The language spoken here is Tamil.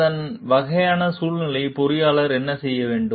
அந்த வகையான சூழ்நிலைகளில் பொறியாளர் என்ன செய்ய வேண்டும்